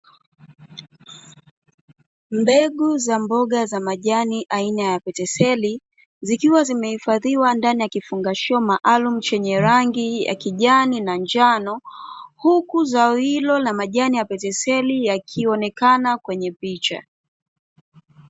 Mbegu za mboga za majani aina ya peteseli, zikiwa zimehifadhiwa ndani ya kifungashio maalumu chenye rangi ya kijani na njano, huku zao hilo la majani ya peteseli yakionekana kwenye picha.